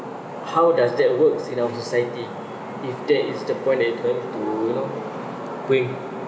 how does that work in our society if that is the point that you're going to know bring